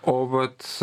o vat